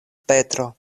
petro